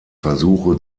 versuche